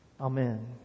Amen